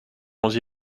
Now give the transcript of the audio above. onze